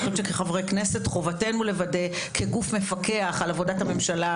אני חושבת שכחברי כנסת חובתנו לוודא כגוף מפקח על עבודת הממשלה,